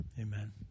Amen